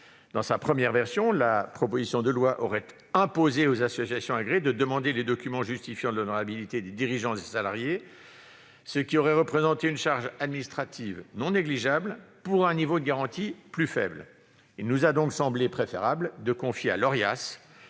Dans sa première version, la proposition de loi aurait imposé aux associations agréées de demander les documents justifiant de l'honorabilité des dirigeants et salariés, ce qui aurait représenté une charge administrative non négligeable, pour un niveau de garantie plus faible. Il nous a donc semblé préférable de confier à l'Orias